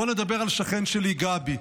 בואו נדבר על השכן שלי, גבי.